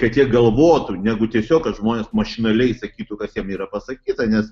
kad jie galvotų negu tiesiog kad žmonės mašinaliai sakytų kas jiem yra pasakyta nes